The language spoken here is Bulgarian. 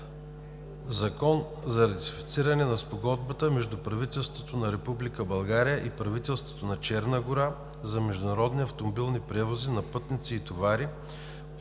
„ЗАКОН за ратифициране на Спогодбата между правителството на Република България и правителството на Черна гора за международни автомобилни превози на пътници и товари,